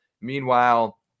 Meanwhile